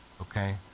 okay